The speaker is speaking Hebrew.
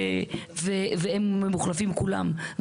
והם מוחלפים כולם,